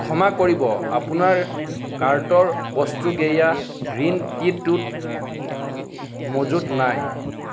ক্ষমা কৰিব আপোনাৰ কাৰ্টৰ বস্তু গেইয়া গ্ৰীণ টি টোত মজুত নাই